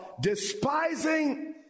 despising